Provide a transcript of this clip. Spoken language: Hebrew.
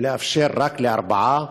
ולאפשר רק לארבעה.